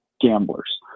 gamblers